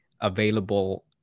available